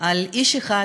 על איש אחד,